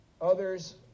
Others